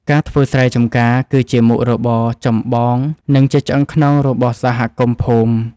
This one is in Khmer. ការធ្វើស្រែចម្ការគឺជាមុខរបរចម្បង និងជាឆ្អឹងខ្នងរបស់សហគមន៍ភូមិ។